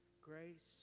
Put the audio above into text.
Grace